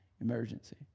emergency